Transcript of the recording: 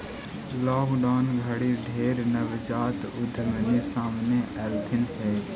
lockdown घरी ढेर नवजात उद्यमी सामने अएलथिन हे